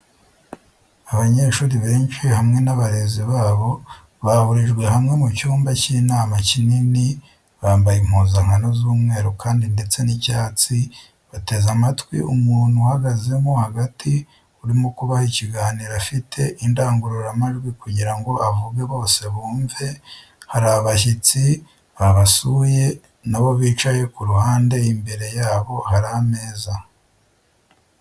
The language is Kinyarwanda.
Abanyeshuri benshi hamwe n'abarezi babo, bahurijwe hamwe mu cyumba cy'inama kinini, bambaye impuzankano z'umweru, kaki ndetse n'icyatsi, bateze amatwi umuntu uhagazemo hagati urimo kubaha ikiganiro afite indangururamajwi kugira ngo avuge bose bumve, hari abashyitsi babasuye nabo bicaye ku ruhande imbere yabo hari ameza.